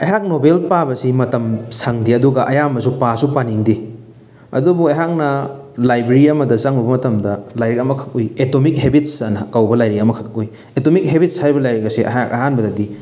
ꯑꯩꯍꯥꯛ ꯅꯣꯕꯦꯜ ꯄꯥꯕꯁꯤ ꯃꯇꯝ ꯁꯪꯗꯦ ꯑꯗꯨꯒ ꯑꯌꯥꯝꯕꯁꯨ ꯄꯥꯁꯨ ꯄꯥꯅꯤꯡꯗꯦ ꯑꯗꯨꯕꯨ ꯑꯩꯍꯥꯛꯅ ꯂꯥꯏꯕ꯭ꯔꯦꯔꯤ ꯑꯃꯗ ꯆꯪꯉꯨꯕ ꯃꯇꯝꯗ ꯂꯥꯏꯔꯤꯛ ꯑꯃꯈꯛ ꯎꯏ ꯑꯦꯇꯣꯃꯤꯛ ꯍꯦꯕꯤꯠꯁ ꯑꯅ ꯀꯧꯕ ꯂꯥꯏꯔꯤꯛ ꯑꯃꯈꯛ ꯎꯏ ꯑꯦꯇꯣꯃꯤꯛ ꯍꯦꯕꯤꯠꯁ ꯍꯥꯏꯔꯤꯕ ꯂꯥꯏꯔꯤꯛ ꯑꯁꯦ ꯑꯩꯍꯥꯛ ꯑꯍꯥꯟꯕꯗꯗꯤ